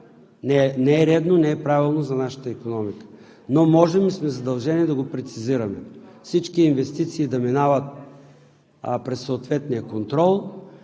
не е редно, не е правилно за нашата икономика. Но можем и сме задължени да го прецизираме – всички инвестиции да минават през съответния контрол,